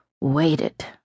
Waited